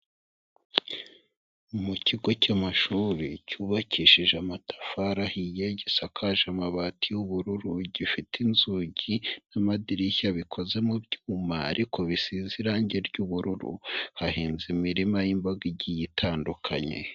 Mu kigo cy'amashuri cyubakishije amatafari ahiye, gisakaje amabati y'ubururu, gifite inzugi n'amadirishya bikoze mu byuma ariko bisize irange ry'ubururu, hahinze imirima y'imboga igiye itandukanye.